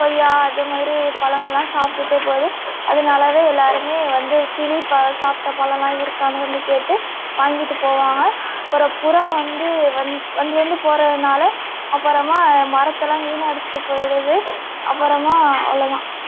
கொய்யா இதுமாதிரி பழங்கள்லாம் சாப்பிட்டுட்டு போயிடும் அதுனால எல்லோருமே வந்து கிளி சாப்பிட்ட பழலாம் இருக்கானு வந்து கேட்டு வாங்கிட்டுப் போவாங்க அப்புறம் புறா வந்து வந்து வந்து போகிறதுனால அப்புறமா மரத்தைலாம் வீணாடிச்சுட்டு போய்டுது அப்புறமா அவ்வளதான்